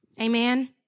Amen